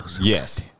Yes